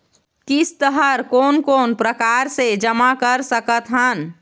किस्त हर कोन कोन प्रकार से जमा करा सकत हन?